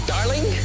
Darling